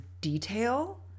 detail